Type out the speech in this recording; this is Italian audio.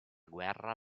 guerra